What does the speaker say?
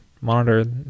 monitor